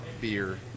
beer